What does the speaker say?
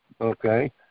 okay